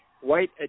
white